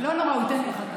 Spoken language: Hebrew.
לא נורא, הוא ייתן לי אחר כך.